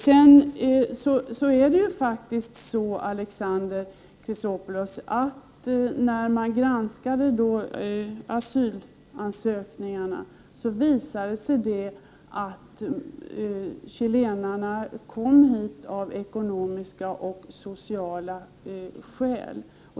Sedan är det faktiskt så, Alexander Chrisopoulos, att när man granskade asylansökningarna visade det sig att chilenarna kom hit av ekonomiska och sociala skäl.